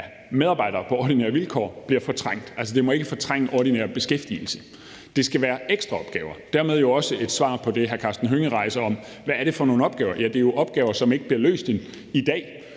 medarbejdere på ordinære vilkår, bliver fortrængt. Altså, det må ikke fortrænge ordinær beskæftigelse. Det skal være ekstraopgaver. Det er dermed jo også et svar på det spørgsmål, hr. Karsten Hønge rejser om, hvad det er for nogle opgaver. Ja, det er jo opgaver, som ikke bliver løst i dag.